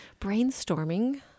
brainstorming